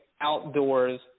outdoors